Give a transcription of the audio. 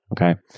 okay